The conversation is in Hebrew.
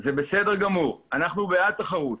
זה בסדר גמור, אנחנו בעד תחרות.